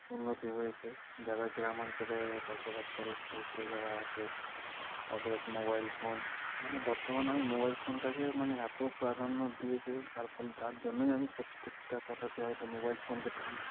উন্নতি হয়েছে যারা গ্রামাঞ্চলে বসবাস করে স্থায়িত্ব যারা আছে তাদের মোবাইল ফোন মানে বর্তমানে আমি মোবাইল ফোনটাকে মানে এত প্রাধান্য দিয়েছে তার ফলে যার জন্যই আমি প্রত্যেকটা কথাতে হয়তো মোবাইল ফোনকে টানছি